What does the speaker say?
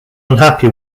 unhappy